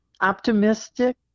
optimistic